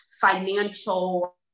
financial